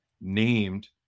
named